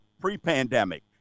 pre-pandemic